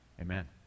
amen